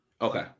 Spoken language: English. Okay